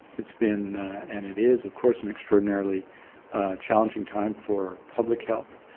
it's been and it is of course an extraordinarily challenging time for public health.